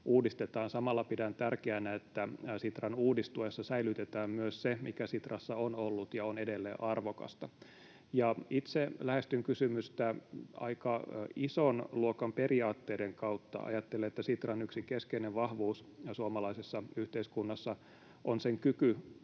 uudistetaan. Samalla pidän tärkeänä, että Sitran uudistuessa säilytetään myös se, mikä Sitrassa on ollut ja on edelleen arvokasta. Itse lähestyn kysymystä aika ison luokan periaatteiden kautta. Ajattelen, että Sitran yksi keskeinen vahvuus suomalaisessa yhteiskunnassa on sen kyky